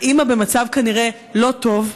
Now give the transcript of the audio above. האימא במצב, כנראה, לא טוב.